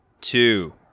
Two